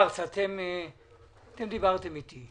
מר שוורץ, אתם דיברתם איתי.